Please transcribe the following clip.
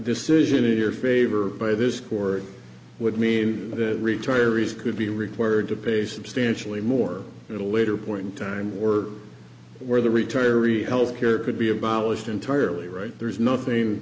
decision in your favor by this or it would mean retirees could be required to pay substantially more at a later point in time or where the retiree health care could be abolished entirely right there is nothing